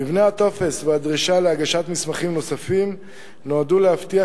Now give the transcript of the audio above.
מבנה הטופס והדרישה להגשת מסמכים נוספים נועדו להבטיח